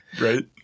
Right